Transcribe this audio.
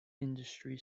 industry